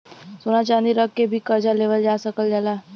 सोना चांदी रख के भी करजा लेवल जा सकल जाला